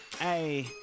hey